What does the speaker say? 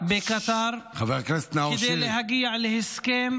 בקטאר כדי להגיע להסכם